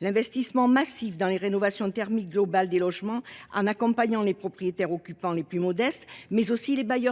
l’investissement massif dans la rénovation thermique globale des logements, en accompagnant non seulement les propriétaires occupants les plus modestes, mais aussi les bailleurs sociaux